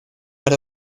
got